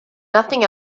nothing